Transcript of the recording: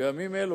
בימים אלה,